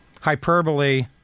hyperbole